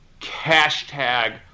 hashtag